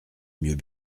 mieux